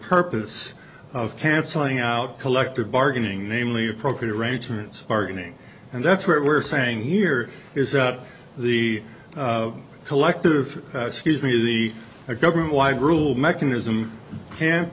purpose of cancelling out collective bargaining namely appropriate arrangements bargaining and that's what we're saying here is that the collective excuse me the a government wide rule mechanism can't